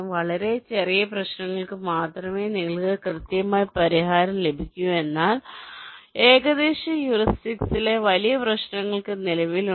വളരെ ചെറിയ പ്രശ്നങ്ങൾക്ക് മാത്രമേ നിങ്ങൾക്ക് കൃത്യമായ പരിഹാരം ലഭിക്കൂ എന്നാൽ ഏകദേശ ഹ്യൂറിസ്റ്റിക്സിലെ വലിയ പ്രശ്നങ്ങൾക്ക് നിലവിലുണ്ട്